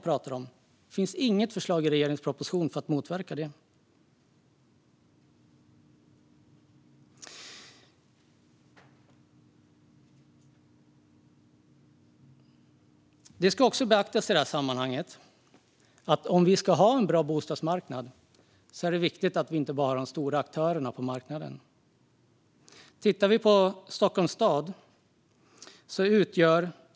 Det finns inget förslag i regeringens proposition för att motverka renoveringsvräkningar. I sammanhanget ska beaktas att om det ska vara en bra bostadsmarknad är det viktigt att det inte bara finns stora aktörer på marknaden. Låt oss se på Stockholms stad.